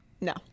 no